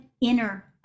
inner